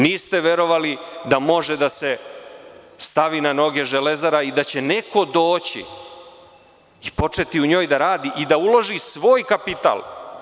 Niste verovali da može da se stavi na noge Železara i da će neko doći i početi u njoj da radi i da uloži svoj kapital.